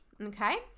okay